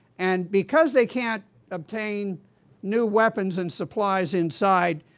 and because they can't obtain new weapons and supplies inside,